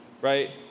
right